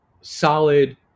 solid